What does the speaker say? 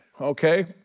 okay